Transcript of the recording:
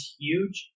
huge